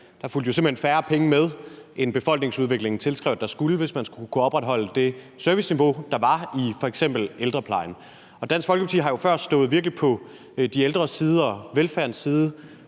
Der fulgte jo simpelt hen færre penge med, end befolkningsudviklingen tilskrev der skulle, hvis man skulle kunne opretholde det serviceniveau, der var i f.eks. ældreplejen. Dansk Folkeparti har før virkelig stået på de ældres side og velfærdens side,